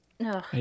No